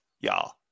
Y'all